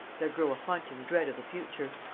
there grew a haunting dread of the future.